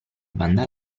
banda